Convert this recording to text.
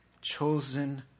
chosen